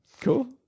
cool